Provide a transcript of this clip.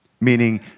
Meaning